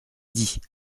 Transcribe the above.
dit